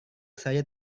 saya